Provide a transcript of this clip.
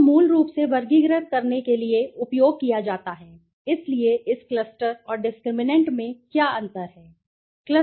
cluster को मूल रूप से वर्गीकृत करने के लिए उपयोग किया जाता है इसलिए इस क्लस्टर और डिस्क्रिमिनैंट में क्या अंतर है